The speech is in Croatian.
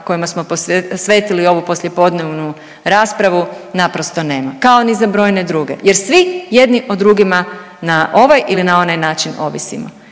kojima smo posvetili ovu poslijepodnevnu raspravu naprosto nema, kao ni za brojne druge jer svi jedni o drugima na ovaj ili na onaj način ovisimo